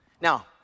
Now